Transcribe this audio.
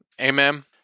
Amen